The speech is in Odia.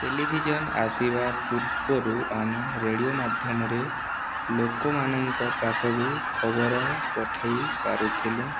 ଟେଲିଭିଜନ ଆସିବା ପୂର୍ବରୁ ଆମେ ରେଡ଼ିଓ ମାଧ୍ୟମରେ ଲୋକମାନଙ୍କ ପାଖକୁ ଖବର ପଠେଇ ପାରୁଥିଲୁ